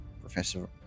professor